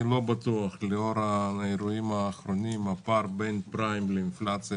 אני לא בטוח כי לאור האירועים האחרונים הפער בין פריים לאינפלציה